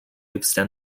extend